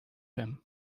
him